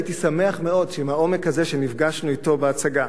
הייתי שמח מאוד שעם העומק הזה שנפגשנו אתו בהצגה,